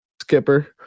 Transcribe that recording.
skipper